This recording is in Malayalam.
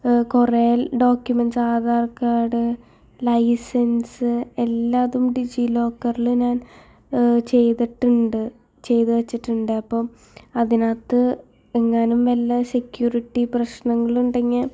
കുറെ ഡോക്യമെൻ്സ് ആധാർ കാർഡ് ലൈസൻസ് എല്ലാതും ഡിജി ലോക്കറിൽ ഞാൻ ചെയ്തിട്ടുണ്ട് ചെയ്ത് വച്ചിട്ടുണ്ട് അപ്പം അതിനകത്ത് എങ്ങാനും വല്ല സെക്യൂരിട്ടി പ്രശ്നങ്ങളുണ്ടങ്ങനെ